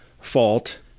fault